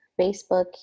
Facebook